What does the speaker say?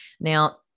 Now